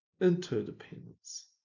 interdependence